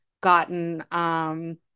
gotten